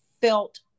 felt